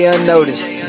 Unnoticed